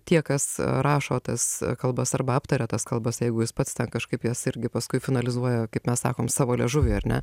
tie kas rašo tas kalbas arba aptaria tas kalbas jeigu jis pats ten kažkaip jas irgi paskui finalizuoja kaip mes sakom savo liežuviui ar ne